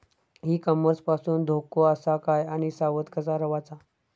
E commerce पासून धोको आसा काय आणि सावध कसा रवाचा?